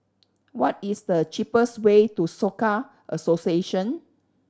what is the cheapest way to Soka Association